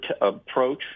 approach